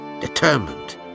determined